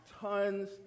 tons